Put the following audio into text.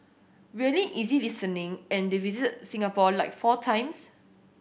really easy listening and they visited Singapore like four times